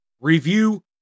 review